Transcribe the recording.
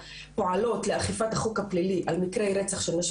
פועלות לאכיפת החוק הפלילי על מקרי רצח של נשים